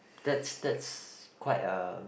that's that's quite a